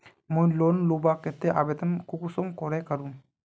मुई लोन लुबार केते आवेदन कुंसम करे करूम?